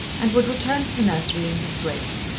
and would return to the nursery in disgrace.